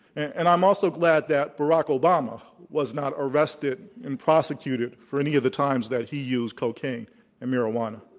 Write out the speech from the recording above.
and i'm also glad that barack obama was not arrested and prosecuted for any of the times that he used cocaine and marijuana.